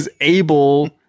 able